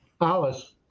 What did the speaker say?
Alice